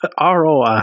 ROI